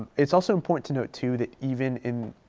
it's also important to note too, that even in,